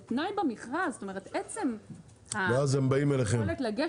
ותנאי במכרז -- ואז הם באים אליהם.